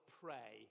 pray